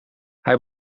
hij